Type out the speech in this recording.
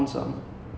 mm